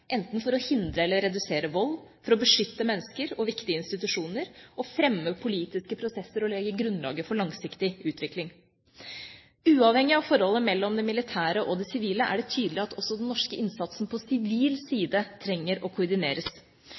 enten for å hindre eller redusere vold, for å beskytte mennesker og viktige institusjoner og fremme politiske prosesser og legge grunnlaget for langsiktig utvikling. Uavhengig av forholdet mellom det militære og det sivile er det tydelig at også den norske innsatsen på sivil side trenger å koordineres.